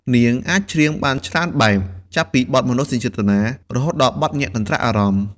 នាងអាចច្រៀងបានច្រើនបែប ចាប់ពីបទមនោសញ្ចេតនា រហូតដល់បទញាក់កន្ត្រាក់អារម្មណ៍។